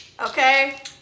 Okay